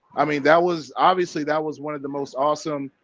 i mean that was obviously that was one of the most awesome,